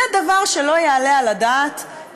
זה דבר שלא יעלה על הדעת,